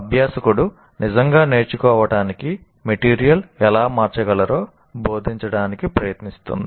అభ్యాసకుడు నిజంగా నేర్చుకోవటానికి మెటీరియల్ ఎలా మార్చగలరో బోధించడానికి ప్రయత్నిస్తుంది